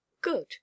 Good